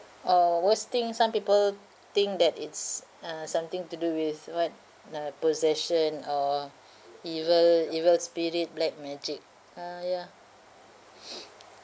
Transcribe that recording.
uh worst thing some people think that it's uh something to do with what uh possession or evil evil spirit black magic ah ya